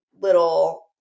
little